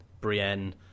brienne